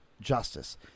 justice